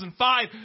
2005